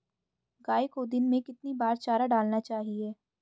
गाय को दिन में कितनी बार चारा डालना चाहिए?